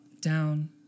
down